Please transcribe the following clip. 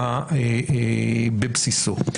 בבסיסו.